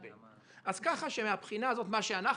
כך, שמהבחינה הזאת, מה שאנחנו,